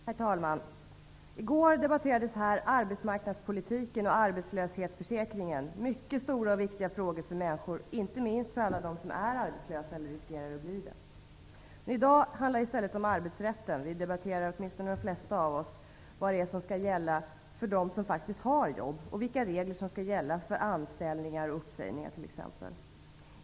Herr talman! I går debatterades här arbetsmarknadspolitiken och arbetslöshetsförsäkringen, oerhört stora och viktiga frågor för människor, inte minst alla dem som är arbetslösa eller riskerar bli det. I dag handlar det i stället om arbetsrätten. Åtminstone de flesta av oss debatterar vad som skall gälla för dem som faktiskt har jobb, vilka regler som skall gälla för anställningar och uppsägningar.